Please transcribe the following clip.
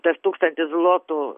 tas tūkstantis zlotų